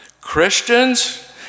Christians